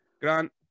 Grant